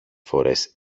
φορές